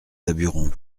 daburon